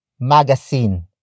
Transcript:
magazine